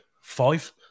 Five